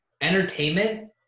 entertainment